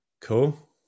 cool